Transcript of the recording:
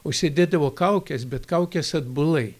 užsidėdavo kaukes bet kaukes atbulai